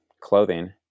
clothing